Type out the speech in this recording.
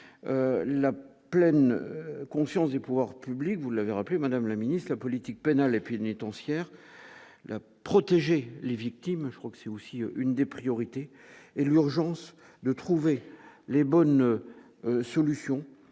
la pleine confiance des pouvoirs publics, vous l'avez rappelé : Madame la Ministre, la politique pénale et puis n'étant Sierre la protéger les victimes, je crois que c'est aussi une des priorités et l'urgence de trouver les bonnes solutions,